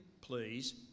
please